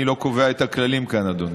אני לא קובע כאן את הכללים, אדוני.